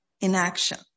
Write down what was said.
inaction